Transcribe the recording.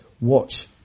watch